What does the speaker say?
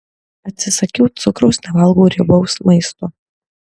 atsisakiau cukraus nevalgau riebaus maisto